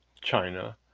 China